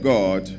God